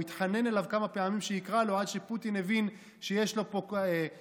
הוא התחנן אליו כמה פעמים שיקרא לו עד שפוטין הבין שיש לו פה כבש,